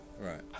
right